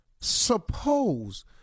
Suppose